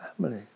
family